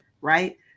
right